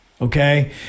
okay